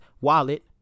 wallet